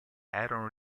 erano